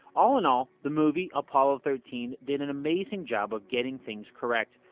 all in all the movie apollo thirteen did an amazing job of getting things correct.